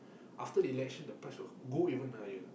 after the election the price will go even higher